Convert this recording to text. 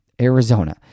Arizona